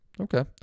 Okay